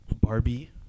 Barbie